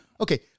okay